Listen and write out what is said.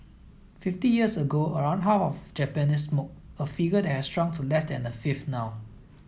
fifty years ago around half of Japanese smoked a figure that has shrunk to less than a fifth now